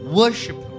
worship